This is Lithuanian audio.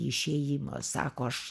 išėjimo sako aš